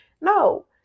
no